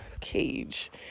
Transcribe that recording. cage